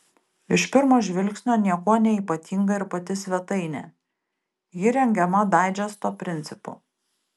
iš pirmo žvilgsnio niekuo neypatinga ir pati svetainė ji rengiama daidžesto principu